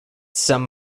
some